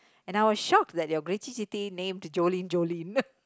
and I was shocked that your Grace named Jolene Jolene